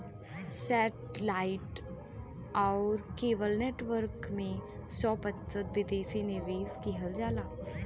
सेटे light आउर cable network में सौ प्रतिशत विदेशी निवेश किहल जाला